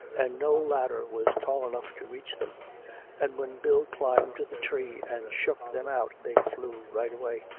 and no ladder was tall enough to reach them and when bill climbed the tree and shook them out they flew right away.